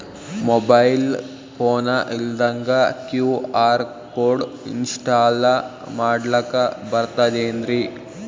Mobile phone ಇಲ್ದಂಗ Q R code install ಮಾಡ್ಲಕ ಬರ್ತದೇನ್ರಿ?